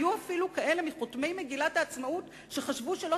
היו אפילו כאלה מחותמי מגילת העצמאות שחשבו שלא